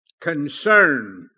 concern